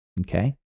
Okay